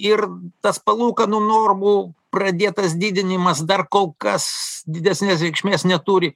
ir tas palūkanų normų pradėtas didinimas dar kol kas didesnės reikšmės neturi